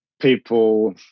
people